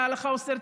שההלכה אוסרת.